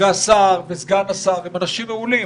השר וסגן השר הם אנשים מעולים.